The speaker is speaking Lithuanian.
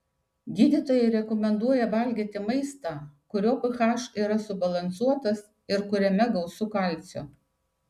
gydytojai rekomenduoja valgyti maistą kurio ph yra subalansuotas ir kuriame gausu kalcio